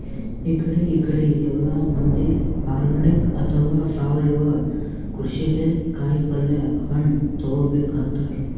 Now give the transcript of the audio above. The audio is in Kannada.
ಇಕಡಿ ಇಕಡಿ ಎಲ್ಲಾ ಮಂದಿ ಆರ್ಗಾನಿಕ್ ಅಥವಾ ಸಾವಯವ ಕೃಷಿಲೇ ಕಾಯಿಪಲ್ಯ ಹಣ್ಣ್ ತಗೋಬೇಕ್ ಅಂತಾರ್